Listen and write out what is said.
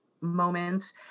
moment